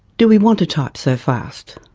do we want to type so fast?